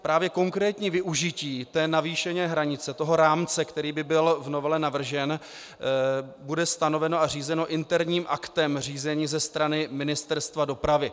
Právě konkrétní využití té navýšené hranice toho rámce, který by byl v novele navržen, bude stanoveno a řízeno interním aktem řízení ze strany Ministerstva dopravy.